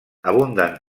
abunden